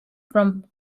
from